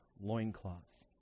loincloths